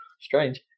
Strange